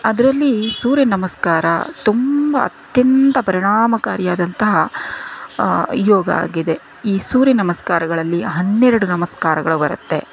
ಅದರಲ್ಲಿ ಸೂರ್ಯ ನಮಸ್ಕಾರ ತುಂಬ ಅತ್ಯಂತ ಪರಿಣಾಮಕಾರಿಯಾದಂತಹ ಯೋಗ ಆಗಿದೆ ಈ ಸೂರ್ಯ ನಮಸ್ಕಾರಗಳಲ್ಲಿ ಹನ್ನೆರಡು ನಮಸ್ಕಾರಗಳು ಬರುತ್ತೆ